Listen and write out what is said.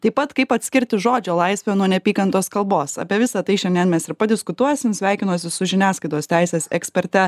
taip pat kaip atskirti žodžio laisvę nuo neapykantos kalbos apie visa tai šiandien mes ir padiskutuosim sveikinuosi su žiniasklaidos teisės eksperte